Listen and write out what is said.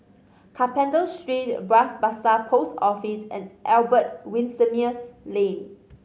Carpenter Street Bras Basah Post Office and Albert Winsemius Lane